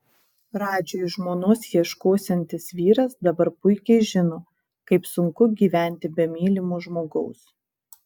radžiui žmonos ieškosiantis vyras dabar puikiai žino kaip sunku gyventi be mylimo žmogaus